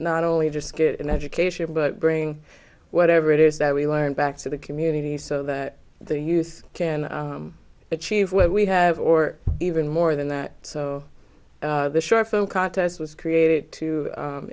not only just get an education but bring whatever it is that we learned back to the community so that the youth can achieve what we have or even more than that so the short phone contest was created to